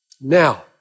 Now